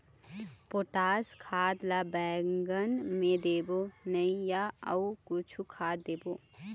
Potash खाद ला बैंगन मे देबो नई या अऊ कुछू खाद देबो?